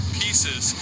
pieces